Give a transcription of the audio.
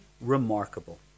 remarkable